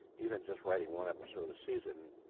even just writing one episode a season,